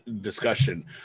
discussion